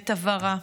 ואת עברה.